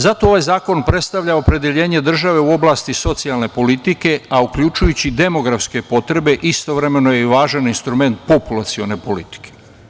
Zato ovaj zakon predstavlja opredeljenje države u oblasti socijalne politike, a uključujući i demografske potrebe istovremeno je i važan instrument populacione politike.